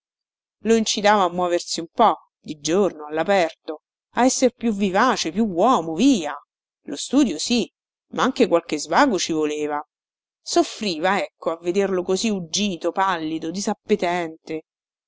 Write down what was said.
lo incitava a muoversi un po di giorno allaperto a esser più vivace più uomo via lo studio sì ma anche qualche svago ci voleva soffriva ecco a vederlo così uggito pallido